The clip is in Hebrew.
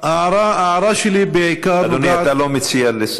ההערה שלי היא בעיקר, אדוני, אתה לא מציע.